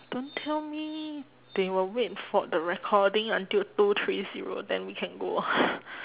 don't tell me they will wait for the recording until two three zero then we can go ah